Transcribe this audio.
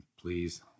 please